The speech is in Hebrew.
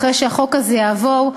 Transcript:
אחרי שהחוק הזה יעבור,